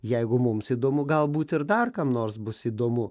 jeigu mums įdomu galbūt ir dar kam nors bus įdomu